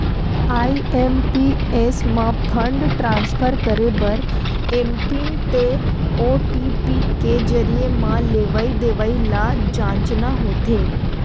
IMPS म fund transfer करे बर एमपिन ते ओ.टी.पी के जरिए म लेवइ देवइ ल जांचना होथे